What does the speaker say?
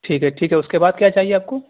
ٹھیک ہے ٹھیک ہے اس کے بعد کیا چاہیے آپ کو